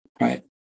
Right